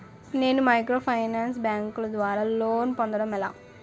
నేను మైక్రోఫైనాన్స్ బ్యాంకుల ద్వారా లోన్ పొందడం ఎలా?